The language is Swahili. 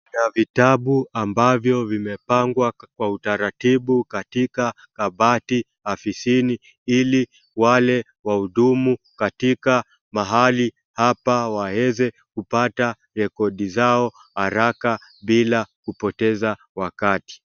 Vitabu ambavyo vimepangwa kwa utaratibu katika kabati afisini ili wale wahudumu katika mahali hapa waweze kupata rekodi zao haraka bila kupoteza wakati.